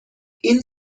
این